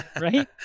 right